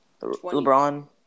LeBron